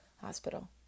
hospital